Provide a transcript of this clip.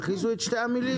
תכניסו את שתי המלים